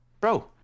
bro